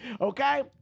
okay